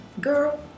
girl